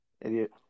Idiot